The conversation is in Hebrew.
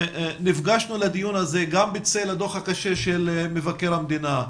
נפגשנו לדיון הזה גם בצל הדוח הקשה של מבקר המדינה,